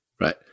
Right